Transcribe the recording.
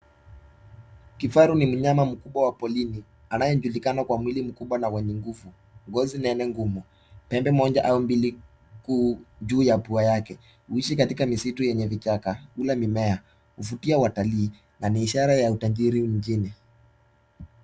Kifaru ni mnyama mkubwa wa porini anayejulikana kwa mwili mkubwa na wenye nguvu, ngozi nene ngumu. Pembe moja au mbili kuu juu ya pua yake, huishi katika misitu yenye vichaka hula mimea huvutia watalii na ni ishara ya utajiri mjini.